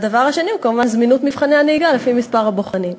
הדבר השני הוא כמובן זמינות מבחני הנהיגה לפי מספר הבוחנים.